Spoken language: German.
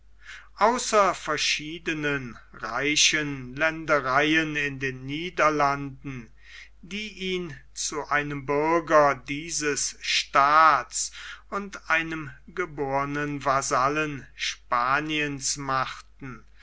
außer verschiedenen reichen ländereien in den niederlanden die ihn zu einem bürger dieses staats und einem gebornen vasallen spaniens machten